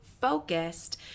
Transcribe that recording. focused